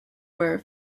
were